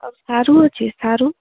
ଆଉ ସାରୁ ଅଛି ସାରୁ